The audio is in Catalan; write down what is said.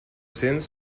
cents